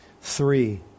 Three